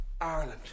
Ireland